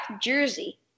jersey